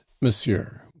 monsieur